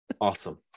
Awesome